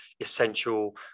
essential